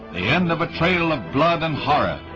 the end of a trail of blood and horror,